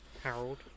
Harold